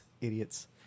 idiots